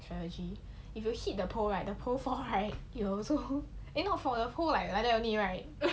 strategy if you hit the pole right the pole fall right you will also fail cause right the pole like that only right